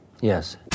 Yes